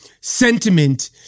sentiment